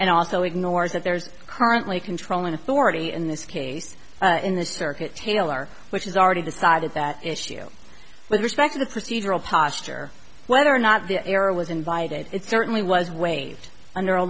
and also ignores that there's currently controlling authority in this case in the circuit taylor which is already decided that issue with respect to the procedural posture whether or not the error was invited it certainly was waived under a